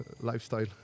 lifestyle